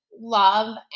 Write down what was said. love